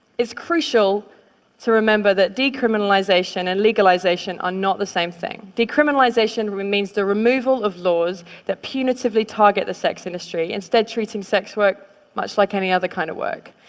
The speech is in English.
it's crucial to remember that decriminalization and legalization are not the same thing. decriminalization means the removal of laws that punitively target the sex industry, instead treating sex work much like any other kind of work.